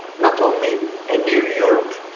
not only a new europe,